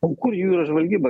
aukų ir jų yra žvalgyba